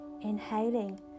Inhaling